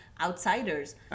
outsiders